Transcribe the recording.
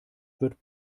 wird